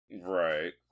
Right